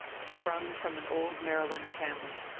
sprung from an old mary land family,